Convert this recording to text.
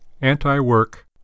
anti-work